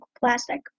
plastic